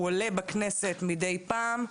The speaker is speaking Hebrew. הוא עולה בכנסת מידי פעם,